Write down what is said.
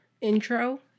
intro